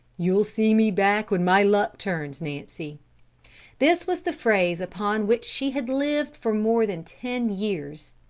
you'll see me back when my luck turns, nancy this was the phrase upon which she had lived for more than ten years.